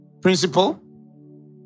principal